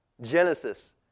Genesis